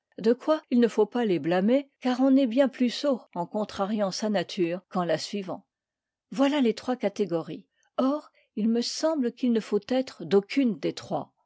de quoi il ne faut pas les blâmer car on est bien plus sot en contrariant sa nature qu'en la suivant voilà les trois catégories or il me semble qu'il ne faut être d'aucune des